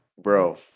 bro